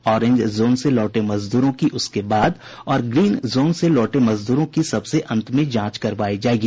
orange zone से लौटे मजदूरों की उसके बाद और ग्रीन जोन से लौटे मजदूरों की सबसे अंत में जांच करवायी जायेगी